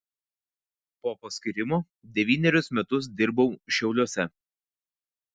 po paskyrimo devynerius metus dirbau šiauliuose